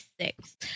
six